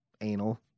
anal